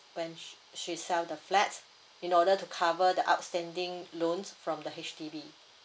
when she she sell the flat in order to cover the outstanding loans from the H_D_B